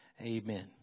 Amen